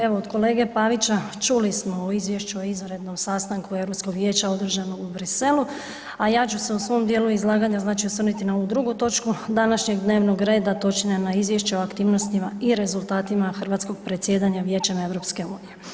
Evo od kolege Pavića čuli smo o Izvješću o izvanrednom sastanku Europskog vijeća održanog u Buxellesu, a ja ću se u svom dijelu izlaganja osvrnuti na ovu drugu točku današnjeg dnevnog reda, točnije na Izvješće o aktivnostima i rezultatima hrvatskog predsjedanja Vijećem EU.